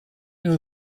know